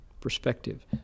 perspective